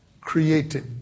created